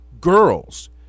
girls